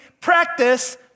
practice